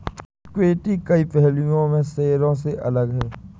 equity कई पहलुओं में शेयरों से अलग है